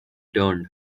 turned